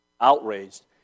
outraged